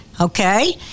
okay